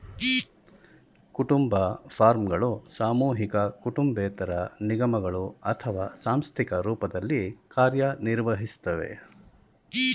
ಕುಟುಂಬ ಫಾರ್ಮ್ಗಳು ಸಾಮೂಹಿಕ ಕುಟುಂಬೇತರ ನಿಗಮಗಳು ಅಥವಾ ಸಾಂಸ್ಥಿಕ ರೂಪದಲ್ಲಿ ಕಾರ್ಯನಿರ್ವಹಿಸ್ತವೆ